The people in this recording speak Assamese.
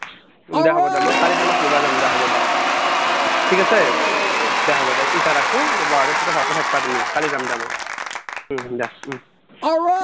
দে হ'ব দে মই কালি তোমাক নিবা যাম দে হ'ব দে ঠিক আছে হ'ব দে ইতা ৰাখো মা ঘৰত ভালকে থাকবা তুমি কালি যাম মই দে